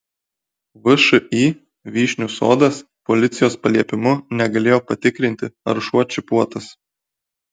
všį vyšnių sodas policijos paliepimu negalėjo patikrinti ar šuo čipuotas